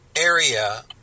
area